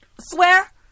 swear